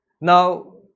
Now